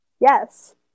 Yes